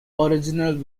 original